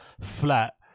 flat